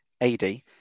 AD